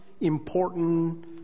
important